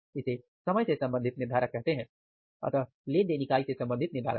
इसे समय से संबंधित निर्धारक कहते हैं अतः लेनदेन इकाई से संबंधित निर्धारक है